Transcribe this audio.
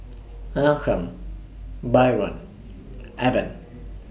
Malcolm Byron Evan